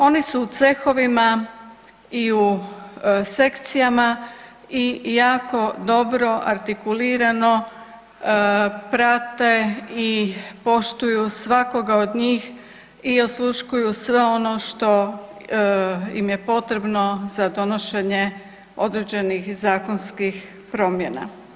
Oni su u cehovima i u sekcijama i jako dobro, artikulirano prate i poštuju svakoga od njih i osluškuju sve ono što im je potrebno za donošenje određenih zakonskih promjena.